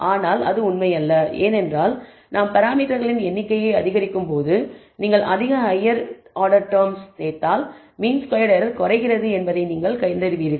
ஆனால் அது உண்மையல்ல ஏனென்றால் நாம் பராமீட்டர்களின் எண்ணிக்கையை அதிகரிக்கும்போது நீங்கள் அதிக ஹையர் ஆர்டர் டெர்ம்ஸ் சேர்த்தால் மீன் ஸ்கொயர்ட் எரர் குறைகிறது என்பதைக் நீங்கள் கண்டறிவீர்கள்